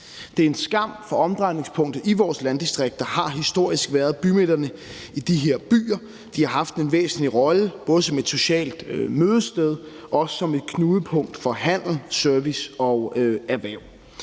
Det er en skam, for omdrejningspunktet i vores landdistrikter har historisk været bymidterne i de her byer. De har haft en væsentlig rolle både som et socialt mødested og også som et knudepunkt for handel, service og erhverv.